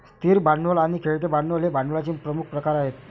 स्थिर भांडवल आणि खेळते भांडवल हे भांडवलाचे प्रमुख प्रकार आहेत